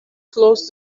close